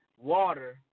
water